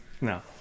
No